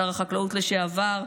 שר החקלאות לשעבר,